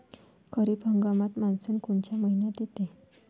खरीप हंगामात मान्सून कोनच्या मइन्यात येते?